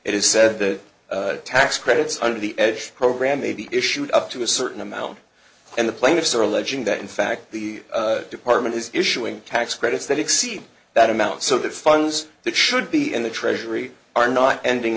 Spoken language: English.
said the tax credits under the edge program may be issued up to a certain amount and the plaintiffs are alleging that in fact the department is issuing tax credits that exceed that amount so that funds that should be in the treasury are not ending